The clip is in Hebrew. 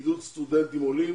עידוד סטודנטים עולים,